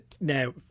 now